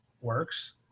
works